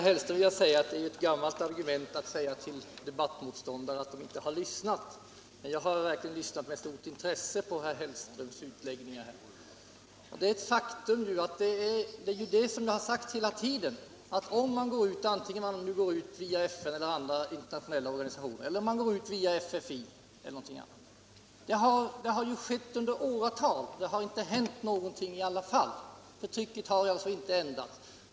Herr talman! Det är ett gammalt argument, herr Hellström, att säga till debattmotståndarna att de inte har lyssnat. Jag har verkligen lyssnat med stort intresse på herr Hellströms utläggningar. Det hjälper inte att gå ut via FN eller andra internationella organisationer eller via t.ex. FFI. Det har skett under åratal, men det har inte lett till någonting. Förtrycket har inte ändrats.